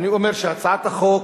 אני אומר שהצעת החוק,